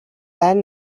then